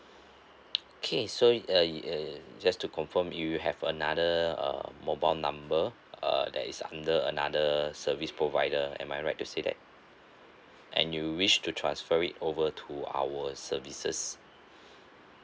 okay so uh uh you just to confirm you have another um mobile number err that is under another service provider am I right to say that and you wish to transfer it over to our services